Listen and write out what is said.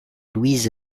louise